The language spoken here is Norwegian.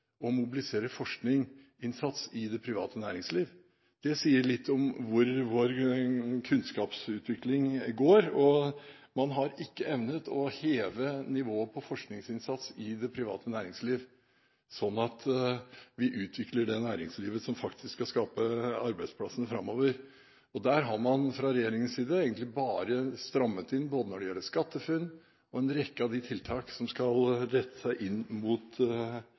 å mobilisere forskningsinnsats i det private næringsliv. Det sier litt om hvor vår kunnskapsutvikling går. Man har ikke evnet å heve nivået på forskningsinnsatsen i det private næringsliv sånn at vi kan utvikle det næringslivet som faktisk skal skape arbeidsplassene framover. Der har man fra regjeringens side egentlig bare strammet inn, både når det gjelder SkatteFUNN og en rekke av de tiltak som skal rette seg inn mot